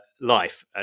life